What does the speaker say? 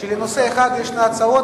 שלנושא אחד יש שתי הצעות,